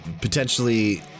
potentially